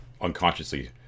unconsciously